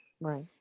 Right